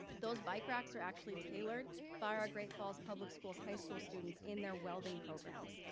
those bike racks are actually tailored by our great falls public schools' high school students in their welding programs.